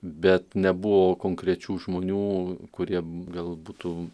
bet nebuvo konkrečių žmonių kurie gal būtų